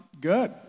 good